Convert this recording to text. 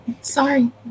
Sorry